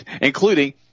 including –